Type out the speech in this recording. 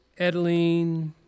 Edeline